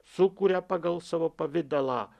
sukuria pagal savo pavidalą